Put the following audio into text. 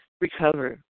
recover